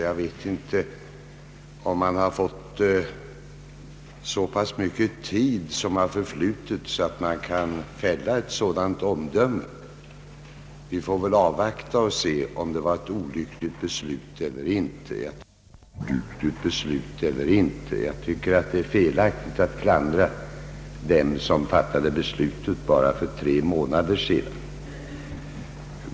Jag vet inte om så pass lång tid har förflutit att man kan fälla ett sådant omdöme. Vi får väl avvakta och se om det var ett olyckligt beslut eller inte. Det är felaktigt, tycker jag, att klandra dem som fattade beslutet för endast tre månader sedan.